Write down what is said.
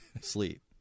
sleep